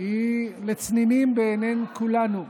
היא לצנינים בעיני כולנו.